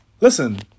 Listen